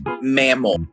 mammal